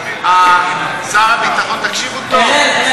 תקשיבו טוב,